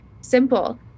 simple